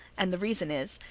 and the reason is,